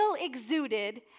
exuded